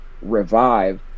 revive